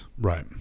right